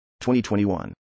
2021